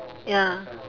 ya